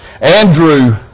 Andrew